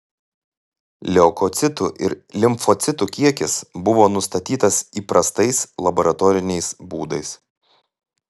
leukocitų ir limfocitų kiekis buvo nustatytas įprastais laboratoriniais būdais